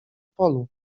polu